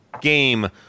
game